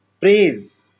praise